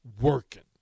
working